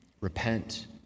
Repent